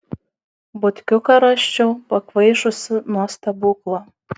butkiuką rasčiau pakvaišusį nuo stebuklo